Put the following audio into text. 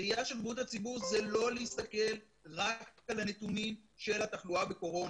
ראייה של בריאות הציבור זה לא להסתכל רק על הנתונים של התחלואה בקורונה.